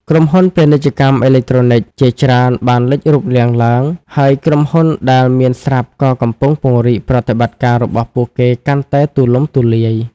ក្រុមហ៊ុន ពាណិជ្ជកម្មអេឡិចត្រូនិក ជាច្រើនបានលេចរូបរាងឡើង ហើយក្រុមហ៊ុនដែលមានស្រាប់ក៏កំពុងពង្រីកប្រតិបត្តិការរបស់ពួកគេកាន់តែទូលំទូលាយ។